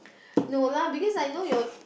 no lah because I know your